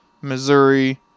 Missouri